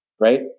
right